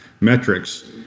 metrics